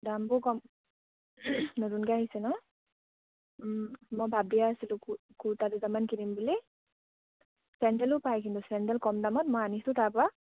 দামবোৰ কম নতুনকে আহিছে ন মই ভাবিয়ে আছিলোঁ কুৰ্টা দুটামান কিনিম বুলি চেণ্ডেলো পাই কিন্তু চেণ্ডেল কম দামত মই আনিছোঁ তাৰপৰা